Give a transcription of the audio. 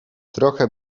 trochę